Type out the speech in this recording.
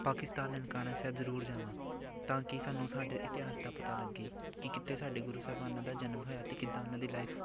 ਪਾਕਿਸਤਾਨ ਨਨਕਾਣਾ ਸਾਹਿਬ ਜ਼ਰੂਰ ਜਾਵਾਂ ਤਾਂ ਕਿ ਸਾਨੂੰ ਸਾਡੇ ਇਤਿਹਾਸ ਦਾ ਪਤਾ ਲੱਗੇ ਕਿ ਕਿੱਥੇ ਸਾਡੇ ਗੁਰੂ ਸਾਹਿਬਾਨਾਂ ਦਾ ਜਨਮ ਹੋਇਆ ਅਤੇ ਕਿੱਦਾਂ ਉਹਨਾਂ ਦੀ ਲਾਈਫ